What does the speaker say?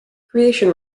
creation